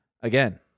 again